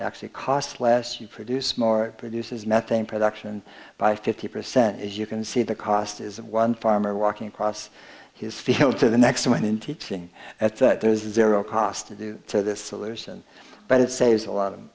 actually cost less you produce more produces methane production by fifty percent as you can see the cost is of one farmer walking across his field to the next one in teaching at that there's a zero cost to do to this solution but it saves a lot of